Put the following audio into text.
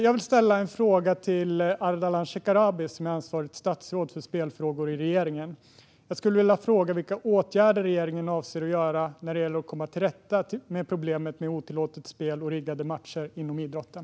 Jag vill ställa en fråga till Ardalan Shekarabi som är ansvarigt statsråd för spelfrågor i regeringen. Jag skulle vilja fråga vilka åtgärder regeringen avser att göra när det gäller att komma till rätta med problemet med otillåtet spel och riggade matcher inom idrotten.